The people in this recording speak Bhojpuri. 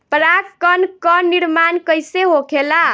पराग कण क निर्माण कइसे होखेला?